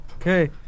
Okay